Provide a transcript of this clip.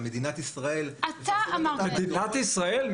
מדינת ישראל -- אתה אמרת -- מדינת ישראל?